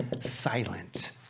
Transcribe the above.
silent